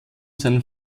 seinen